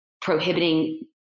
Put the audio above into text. prohibiting